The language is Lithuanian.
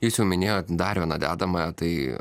jūs jau minėjot dar vieną dedamąją tai